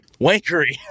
Wankery